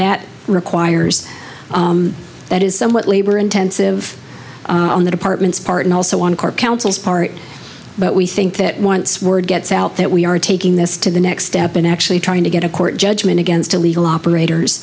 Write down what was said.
that requires that is somewhat labor intensive on the department's part and also on our councils part but we think that once word gets out that we are taking this to the next step in actually trying to get a court judgment against illegal operators